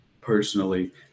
personally